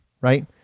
right